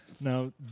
Now